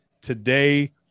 Today